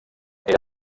era